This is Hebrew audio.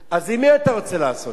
אז עם מי אתה רוצה לעשות שלום?